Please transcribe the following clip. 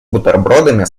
бутербродами